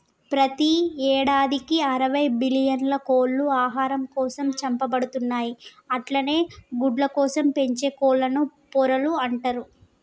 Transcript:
ప్రతి యేడాదికి అరవై బిల్లియన్ల కోళ్లు ఆహారం కోసం చంపబడుతున్నయి అట్లనే గుడ్లకోసం పెంచే కోళ్లను పొరలు అంటరు